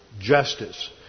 justice